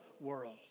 world